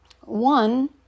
One